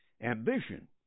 ambition